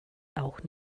auch